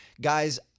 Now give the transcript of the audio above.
guys